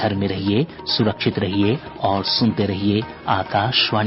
घर में रहिये सुरक्षित रहिये और सुनते रहिये आकाशवाणी